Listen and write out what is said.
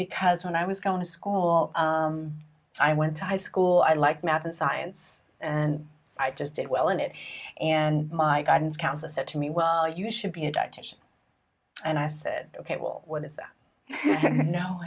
because when i was going to school i went to high school i like math and science and i just did well in it and my guidance counselor said to me well you should be a dietician and i said ok well what is that